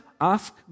ask